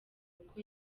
uko